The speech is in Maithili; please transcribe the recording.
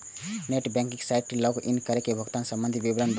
नेट बैंकिंग साइट पर लॉग इन कैर के भुगतान संबंधी विवरण भरू